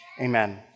Amen